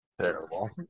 terrible